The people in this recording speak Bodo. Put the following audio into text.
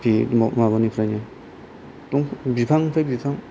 बे माबानिफ्रायनो बिफांनिफ्राय बिफां